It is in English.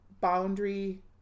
boundary